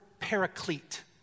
paraclete